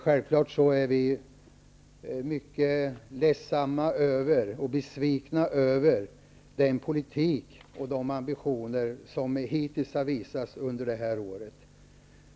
Självfallet är vi ledsna och besvikna över den politik och de ambitioner som hittills har visats under året.